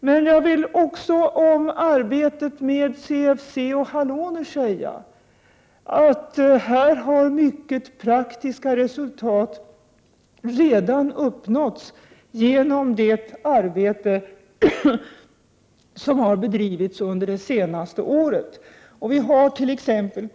När det gäller arbetet med CFC och haloner har praktiska resultat dock redan uppnåtts genom det arbete som har bedrivits under det senaste året. Vi hart.ex.